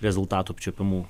rezultatų apčiuopiamų